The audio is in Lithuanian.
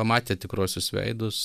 pamatė tikruosius veidus